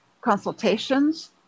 consultations